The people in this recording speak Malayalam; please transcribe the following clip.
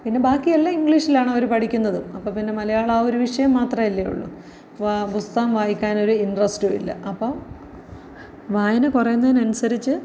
പിന്നെ ബാക്കിയെല്ലാം ഇംഗ്ലീഷിലാണ് അവർ പഠിക്കുന്നത് അപ്പോൾ പിന്നെ മലയാളം ആ ഒരു വിഷയം മാത്രമല്ലേ ഉള്ളൂ പുസ്തകം വായിക്കാനൊരു ഇൻട്രസ്റ്റുവില്ല അപ്പോൾ വായന കുറയുന്നതിനനുസരിച്ച്